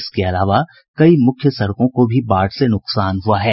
इसके अलावा कई मुख्य सड़कों को भी बाढ़ से नुकसान हुआ है